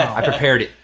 i prepared it.